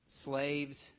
Slaves